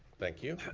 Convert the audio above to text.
thank you.